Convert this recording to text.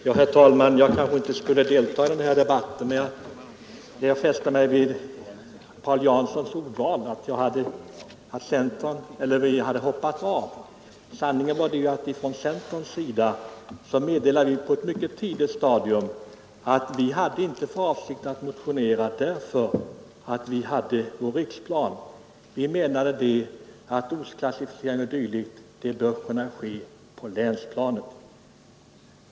Herr talman! Jag kanske inte skulle delta i denna debatt, men jag har fäst mig vid Paul Janssons ordval att vi hade hoppat av. Sanningen är ju den att vi från centerns sida på ett mycket tidigt stadium meddelade att vi inte hade för avsikt att motionera, därför att vi hade vår riksplan och menade att ortsklassificering o. d. bör kunna göras på länsplanet.